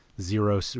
zero